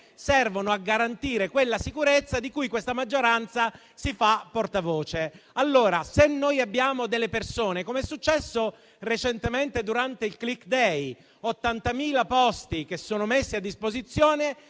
servono a garantire quella sicurezza di cui questa maggioranza si fa portavoce. Allora, se noi abbiamo delle persone, come è successo recentemente durante il *click day*, con 80.000 posti messi a disposizione